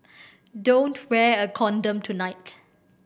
don't wear a condom tonight